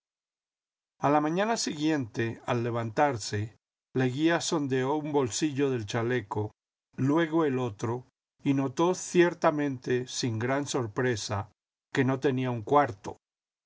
suerte ala mañana siguiente al levantarse leguía sondeó un bolsillo del chaleco luego el otro y notó ciertamente sin gran sorpresa que no tenía un cuarto